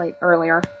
earlier